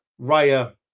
Raya